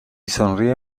sonríe